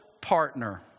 partner